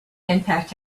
impact